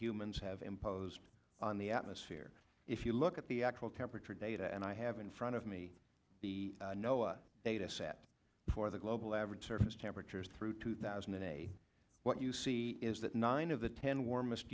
humans have imposed on the atmosphere if you look at the actual temperature data and i have in front of me the no other data set for the global average surface temperatures through two thousand and eight what you see is that nine of the ten warmest